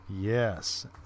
Yes